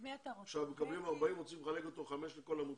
עכשיו מקבלים 40 ורוצים לחלק אותו, חמש לכל עמותה?